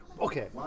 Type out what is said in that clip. Okay